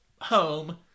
home